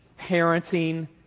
parenting